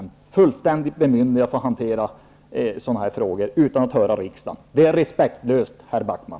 Det innebär ett fullständigt bemyndigande för att hantera sådana frågor utan att höra riksdagen. Det är respektlöst, herr Backman.